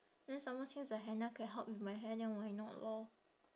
then some more since the henna can help with my hair then why not lor